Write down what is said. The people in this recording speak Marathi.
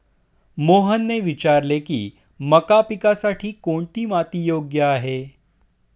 मोहनने विचारले की मका पिकासाठी कोणती माती योग्य आहे?